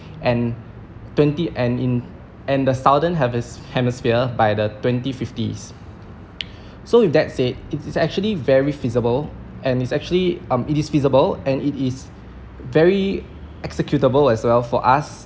and twenty and in and the southern hemis~ hemisphere by the twenty fifties so that said it is actually very feasible and is actually um it is feasible and it is very executable as well for us